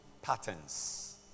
patterns